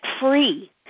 free